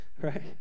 Right